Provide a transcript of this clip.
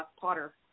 Potter